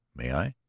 may i?